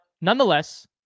nonetheless